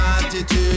attitude